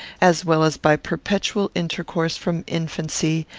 as well as by perpetual intercourse from infancy,